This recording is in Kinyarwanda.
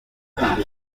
amagambo